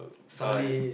by